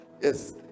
Yes